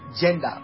gender